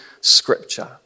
scripture